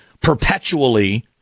perpetually